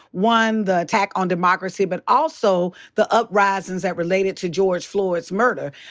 one the attack on democracy, but also the uprisin's that related to george floyd's murder.